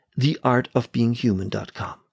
theartofbeinghuman.com